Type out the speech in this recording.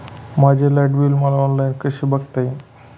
माझे light bill मला online कसे बघता येईल?